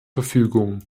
verfügung